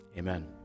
Amen